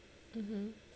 mmhmm